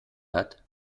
hat